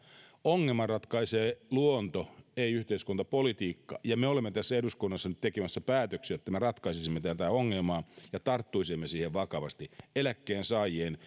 ongelman ratkaisee luonto ei yhteiskuntapolitiikka ja me olemme tässä eduskunnassa nyt tekemässä päätöksiä niin että me ratkaisisimme tätä ongelmaa ja tarttuisimme siihen vakavasti eläkkeensaajien